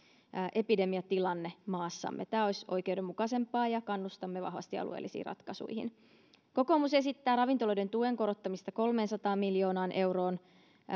epidemiatilanne maassamme tämä olisi oikeudenmukaisempaa ja kannustamme vahvasti alueellisiin ratkaisuihin kokoomus esittää ravintoloiden tuen korottamista kolmeensataan miljoonaan euroon